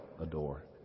adore